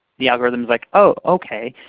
the algorithm is like, oh. okay.